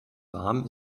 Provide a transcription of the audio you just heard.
warm